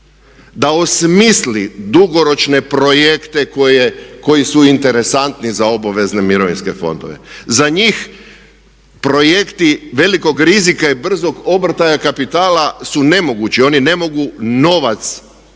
da osmisli dugoročne projekte koji su interesantni za obvezne mirovinske fondove. Za njih projekti velikog rizika i brzog obrtaja kapitala su nemogući. Oni ne mogu novac